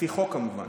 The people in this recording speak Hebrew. לפי חוק כמובן.